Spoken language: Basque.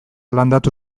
landatu